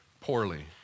poorly